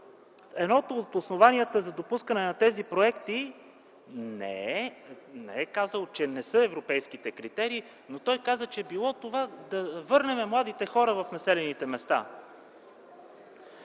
едното от основанията за допускане на тези проекти – не е казал, че не са европейските критерии, но той каза, че това било да върнем младите хора в населените места.